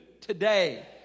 Today